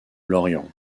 lorient